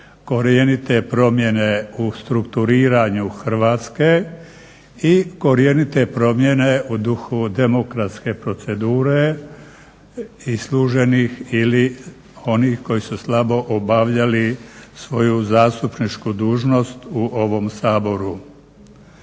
korijenite promjene u strukturiranju Hrvatske i korijenite promjene u duhu demokratske procedure i isluženih ili onih koji su slabo obavljali svoju zastupničku dužnost u ovom Saboru.